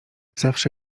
zawsze